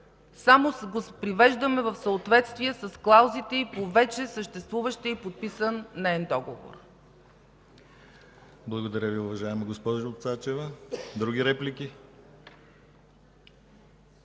само го привеждаме в съответствие с клаузите по вече съществуващия и подписан неин договор.